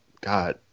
God